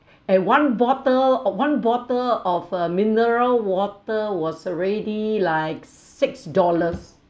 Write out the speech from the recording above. and one bottle of one bottle of uh mineral water was already like six dollars